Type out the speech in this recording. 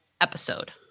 episode